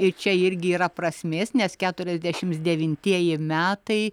ir čia irgi yra prasmės nes keturiasdešims devintieji metai